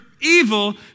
evil